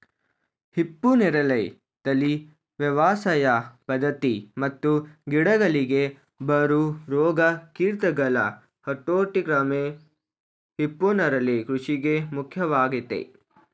ಹಿಪ್ಪುನೇರಳೆ ತಳಿ ವ್ಯವಸಾಯ ಪದ್ಧತಿ ಮತ್ತು ಗಿಡಗಳಿಗೆ ಬರೊ ರೋಗ ಕೀಟಗಳ ಹತೋಟಿಕ್ರಮ ಹಿಪ್ಪುನರಳೆ ಕೃಷಿಗೆ ಮುಖ್ಯವಾಗಯ್ತೆ